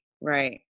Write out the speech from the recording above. Right